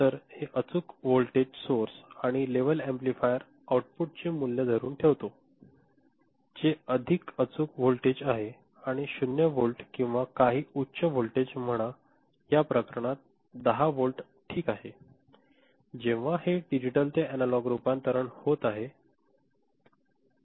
तर हे अचूक व्होल्टेज सोर्स आणि लेव्हल एम्पलीफायर आउटपुटचे मूल्य धरून ठेवतो जे अगदी अचूक व्होल्टेज आहे 0 व्होल्ट किंवा काही उच्च व्होल्टेज म्हणा या प्रकरणात 10 व्होल्ट ठीक आहे जेव्हा हे डिजिटल ते एनालॉग रूपांतरण होत आहे